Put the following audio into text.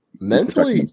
mentally